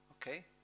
Okay